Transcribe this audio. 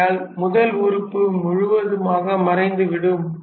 ஆகையால் முதல் உறுப்பு முழுவதுமாக மறைந்து விடும்